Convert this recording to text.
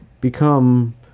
become